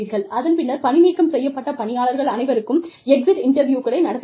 அதன் பின்னர் பணி நீக்கம் செய்யப்பட்ட பணியாளர்கள் அனைவருக்கும் எக்ஸிட் இன்டர்வியூக்களை நடத்துகிறீர்கள்